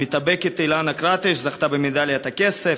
המתאבקת אילנה קרטיש זכתה במדליית הכסף,